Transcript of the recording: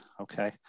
okay